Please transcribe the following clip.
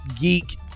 Geek